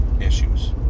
issues